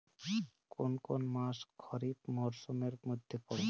কোন কোন মাস খরিফ মরসুমের মধ্যে পড়ে?